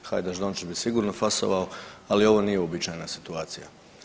Hajdaš Dončić bi sigurno fasovao, ali ovo nije uobičajena situacija.